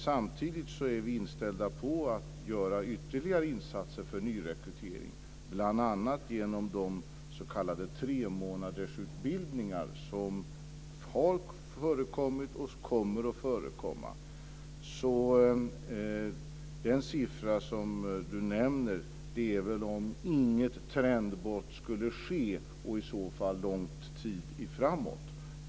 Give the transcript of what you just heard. Samtidigt är vi inställda på att göra ytterligare insatser för nyrekrytering, bl.a. genom de s.k. tremånadersutbildningar som har förekommit och kommer att förekomma. Den siffra Anna Lilliehöök nämner gäller väl om inget trendbrott skulle ske, och i så fall lång tid framåt.